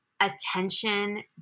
attention